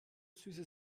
süße